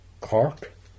Cork